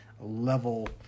level